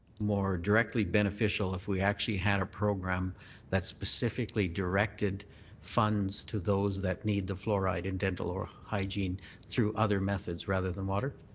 more directly beneficial if we actually had a program that specifically directed funds to those that need the fluoride in dental or hygiene through other methods rather than water?